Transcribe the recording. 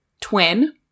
twin